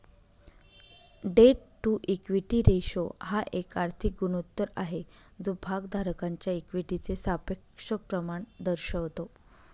date to equity ratio हा एक आर्थिक गुणोत्तर आहे जो भागधारकांच्या इक्विटीचे सापेक्ष प्रमाण दर्शवतो